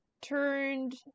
turned